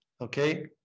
Okay